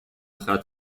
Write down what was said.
ختم